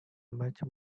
much